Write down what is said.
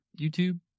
YouTube